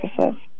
services